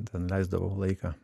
ten leisdavau laiką